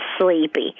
sleepy